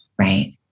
right